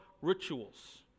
rituals